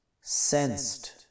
sensed